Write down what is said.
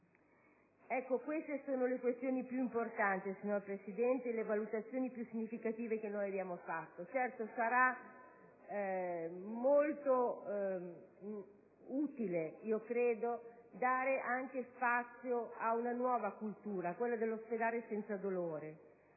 Queste sono le questioni più importanti, signor Presidente, e le valutazioni più significative che abbiamo fatto. Certo, sarà molto utile - io credo - dare spazio anche ad una nuova cultura, a quella dell'ospedale senza dolore.